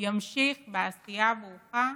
ימשיך בעשייה ברוכה,